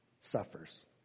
suffers